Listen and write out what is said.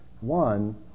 One